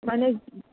মানে